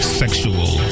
sexual